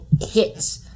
hits